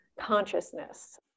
consciousness